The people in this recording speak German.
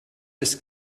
ist